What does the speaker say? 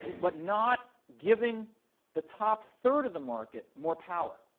but not giving the top third of the market more power.